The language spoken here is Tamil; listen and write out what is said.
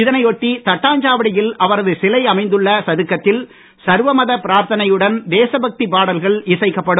இதனையொட்டி தட்டாஞ்சாவடியில் அவரது சிலை அமைந்துள்ள சதுக்கத்தில் சர்வ மத பிரார்த்தனையுடன் தேசபக்தி பாடல்கள் இசைக்கப்படும்